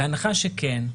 בהנחה שכן,